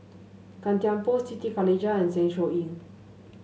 Gan Thiam Poh Siti Khalijah and Zeng Shouyin